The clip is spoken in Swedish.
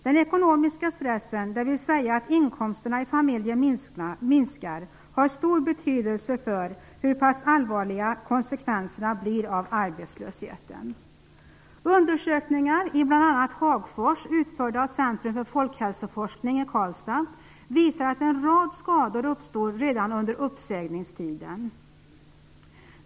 Den ekonomiska stressen, dvs. att inkomsterna i familjen minskar, har stor betydelse för hur pass allvarliga konsekvenserna blir av arbetslösheten Centrum för folkhälsoforskning i Karlstad, visar att en rad skador uppstår redan under uppsägningstiden.